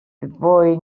boy